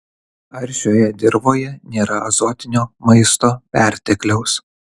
ar šioje dirvoje nėra azotinio maisto pertekliaus